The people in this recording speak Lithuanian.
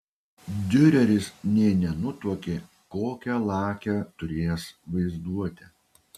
diureris nė nenutuokė kokią lakią turėjęs vaizduotę